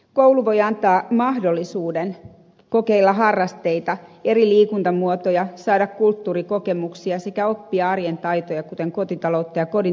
koulu voi antaa mahdollisuuden kokeilla harrasteita eri liikuntamuotoja saada kulttuurikokemuksia sekä oppia arjen taitoja kuten kotitaloutta ja kotitalouden hoitoa